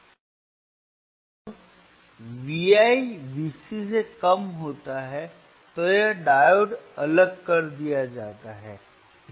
जब Vi Vc से कम होता है तो यह डायोड अलग कर दिया जाता है